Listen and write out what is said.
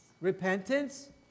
Repentance